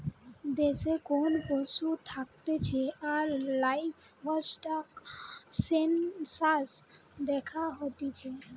দেশে কোন পশু থাকতিছে তার লাইভস্টক সেনসাস দ্যাখা হতিছে